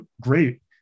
great